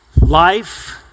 Life